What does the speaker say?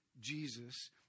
Jesus